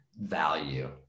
value